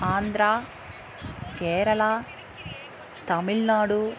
Andhra Kerala Tamil Nadu